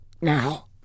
Now